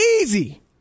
Easy